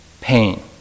pain